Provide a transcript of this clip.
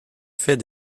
fait